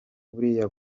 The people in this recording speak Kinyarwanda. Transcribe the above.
buriya